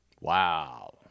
wow